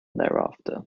thereafter